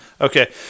Okay